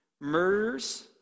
Murders